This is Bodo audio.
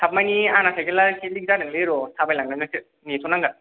थाबमायनि आंना साइकेलआ लिक जादों लै र' थाबायलांनांगोन सो नेथ'नांगोन